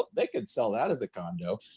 they could sell that as a condo,